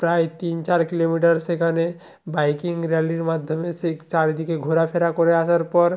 প্রায় তিন চার কিলোমিটার সেখানে বাইকিং র্যালির মাধ্যমে সে চারিদিকে ঘোরাফেরা করে আসার পর